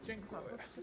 Dziękuję.